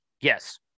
yes